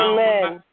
Amen